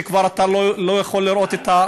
ואתה כבר לא יכול לראות את,